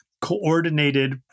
coordinated